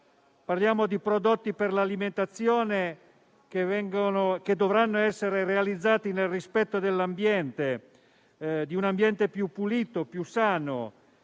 Parliamo di prodotti per l'alimentazione che dovranno essere realizzati nel rispetto dell'ambiente, di un ambiente più pulito e più sano,